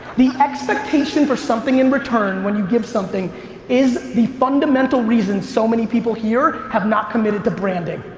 the expectation for something in return when you give something is the fundamental reason so many people here have not committed to branding,